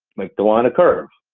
make the line a curve.